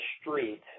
street